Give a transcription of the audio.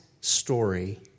story